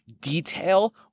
detail